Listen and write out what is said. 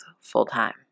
full-time